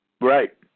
right